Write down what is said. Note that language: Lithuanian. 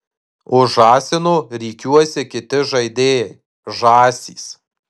už žąsino rikiuojasi kiti žaidėjai žąsys